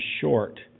short